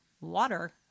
water